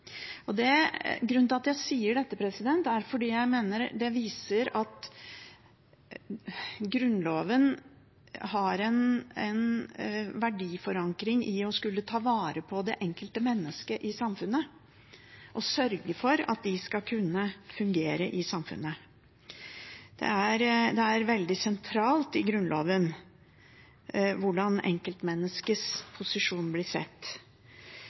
Grunnen til at jeg sier dette, er at jeg mener det viser at Grunnloven har en verdiforankring i å skulle ta vare på det enkelte mennesket i samfunnet og sørge for at de skal kunne fungere i samfunnet. Det er veldig sentralt i Grunnloven hvordan enkeltmenneskets posisjon blir sett.